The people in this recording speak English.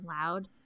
loud